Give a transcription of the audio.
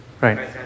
Right